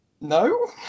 No